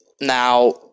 Now